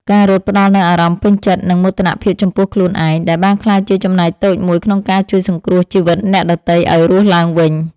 ការរត់ផ្ដល់នូវអារម្មណ៍ពេញចិត្ត និងមោទនភាពចំពោះខ្លួនឯង ដែលបានក្លាយជាចំណែកតូចមួយក្នុងការជួយសង្គ្រោះជីវិតអ្នកដទៃឱ្យរស់ឡើងវិញ។